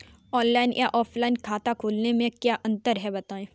Online या offline खाता खोलने में क्या अंतर है बताएँ?